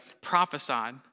prophesied